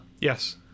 Yes